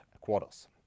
quarters